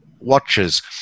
Watches